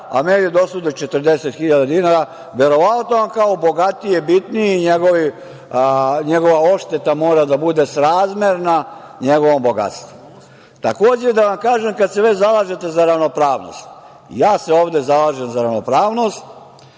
a meni dosude 40.000 dinara, verovatno on kao bogatiji, bitniji, njegova odšteta mora da bude srazmerna njegovom bogatstvu. Takođe da vam kažem kada se već zalažete za ravnopravnost, ja se ovde zalažem za ravnopravnost.